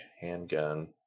handgun